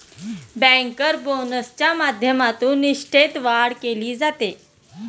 banker बोनसच्या माध्यमातून निष्ठेत वाढ केली जाते